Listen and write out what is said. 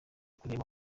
kureba